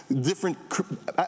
different